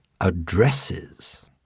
addresses